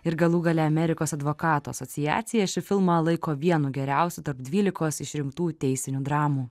ir galų gale amerikos advokatų asociacija šį filmą laiko vienu geriausių tarp dvylikos iš rimtų teisinių dramų